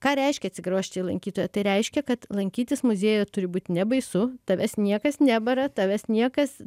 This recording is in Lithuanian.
ką reiškia atsigręžti į lankytoją tai reiškia kad lankytis muziejuje turi būt nebaisu tavęs niekas nebara tavęs niekas